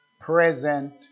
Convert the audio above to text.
present